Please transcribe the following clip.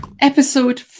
Episode